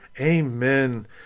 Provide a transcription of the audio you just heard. Amen